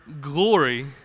glory